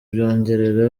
byongerera